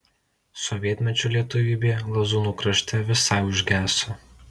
sovietmečiu lietuvybė lazūnų krašte visai užgeso